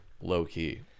low-key